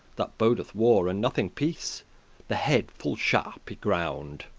that bodeth war, and nothing peace the head full sharp y-ground.